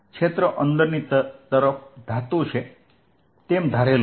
ક્ષેત્ર અંદરથી ધાતુ છે તેમ ધારેલું છે